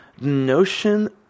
notion